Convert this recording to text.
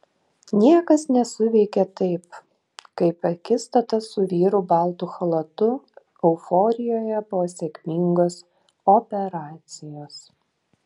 niekas nesuveikė taip kaip akistata su vyru baltu chalatu euforijoje po sėkmingos operacijos